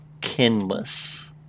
kinless